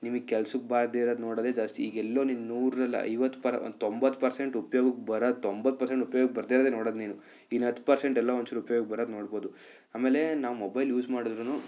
ನಿಮಗೆ ಕೆಲಸಕ್ಕೆ ಬಾರದೇ ಇರೋದು ನೋಡೋದೇ ಜಾಸ್ತಿ ಈಗೆಲ್ಲೊ ನೀನು ನೂರರಲ್ಲಿ ಐವತ್ತು ಪರ್ ತೊಂಬತ್ತು ಪರ್ಸೆಂಟ್ ಉಪಯೋಗಕ್ಕೆ ಬರೋದು ತೊಂಬತ್ತು ಪರ್ಸೆಂಟ್ ಉಪಯೋಗಕ್ಕೆ ಬಾರ್ದೇ ಇರೋದೇ ನೋಡೋದು ನೀನು ಇನ್ನು ಹತ್ತು ಪರ್ಸೆಂಟ್ ಎಲ್ಲೋ ಒಂಚೂರು ಉಪಯೋಗಕ್ಕೆ ಬರೋದು ನೋಡಬೌದು ಆಮೇಲೆ ನಾವು ಮೊಬೈಲ್ ಯೂಸ್ ಮಾಡಿದ್ರೂ